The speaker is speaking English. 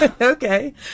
Okay